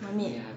mermaid